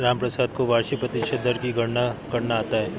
रामप्रसाद को वार्षिक प्रतिशत दर की गणना करना आता है